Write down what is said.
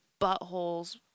buttholes